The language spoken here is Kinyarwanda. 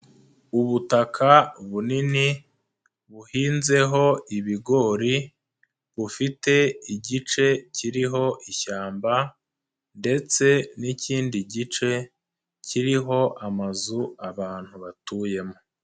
Ubutaka bunini buhinzeho ibigori bufite igice kiriho ishyamba ndetse n'ikindi gice kiriho amazu abantu batuyemo.